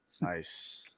Nice